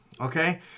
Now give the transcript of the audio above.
Okay